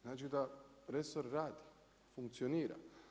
Znači da resor radi, funkcionira.